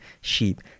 sheep